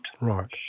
Right